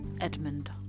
Edmund